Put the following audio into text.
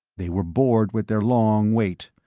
they were bored with their long wait.